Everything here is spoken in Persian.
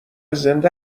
زنده